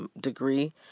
degree